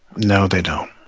no, they don't